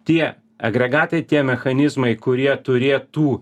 tie agregatai tie mechanizmai kurie turėtų